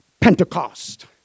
Pentecost